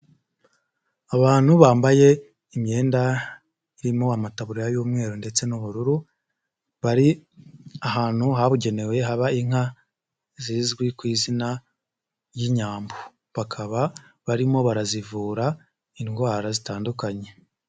Abantu bambaye imyenda irimo amataburiya y'umweru ndetse n'ubururu bari ahantu habugenewe haba inka zizwi ku izina ry'inyambo, bakaba barimo barazivura indwara zitandukanye.